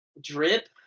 Drip